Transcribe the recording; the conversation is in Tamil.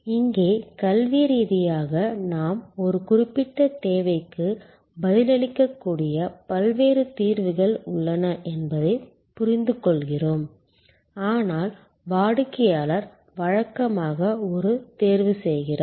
இங்கே கல்வி ரீதியாக நாம் ஒரு குறிப்பிட்ட தேவைக்கு பதிலளிக்கக்கூடிய பல்வேறு தீர்வுகள் உள்ளன என்பதை புரிந்துகொள்கிறோம் ஆனால் வாடிக்கையாளர் வழக்கமாக ஒரு தேர்வு செய்கிறார்